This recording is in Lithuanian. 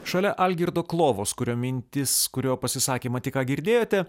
šalia algirdo klovos kurio mintis kurio pasisakymą tik ką girdėjote